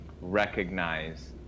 recognize